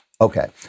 Okay